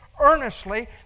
earnestly